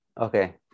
okay